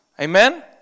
Amen